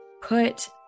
put